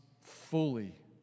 fully